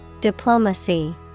Diplomacy